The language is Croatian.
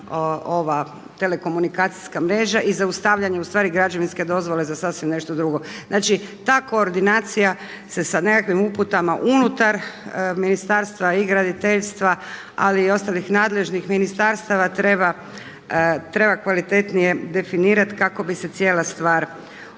telekomunikacijska mreža i zaustavljanje ustvari građevinske dozvole za sasvim nešto drugo. Znači ta koordinacija se sa nekakvim uputama unutar Ministarstva i graditeljstva ali i ostalih nadležnih ministarstava treba kvalitetnije definirati kako bi se cijela stvar ubrzala.